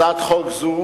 הצעת חוק זו,